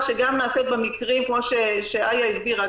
כמו שאיה הסבירה,